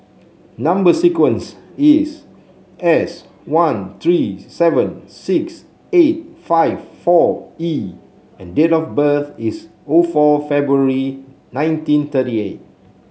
number sequence is S one three seven six eight five four E and date of birth is O four February nineteen thirty eight